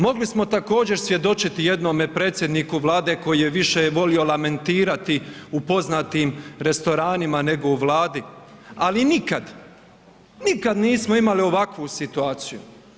Mogli smo također svjedočiti jednome predsjedniku Vlade koji je više volio lamentirati u poznatim restoranima nego u Vladi ali nikad, nikad nismo imali ovakvu situaciju.